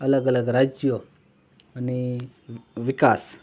અલગ અલગ રાજ્યો અને વિકાસ